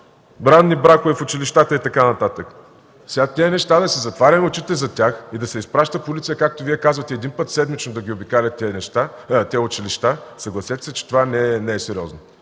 ранни бракове в училищата и така нататък. Сега, да си затваряме очите за тези неща и да се изпраща полиция, както Вие казвате, един път седмично да обикаля тези училища, съгласете се, че това не е сериозно.